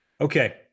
Okay